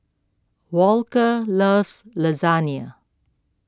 Walker loves Lasagne